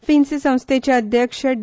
फिन्स संस्थेचे अध्यक्ष डी